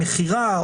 המכירה,